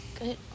good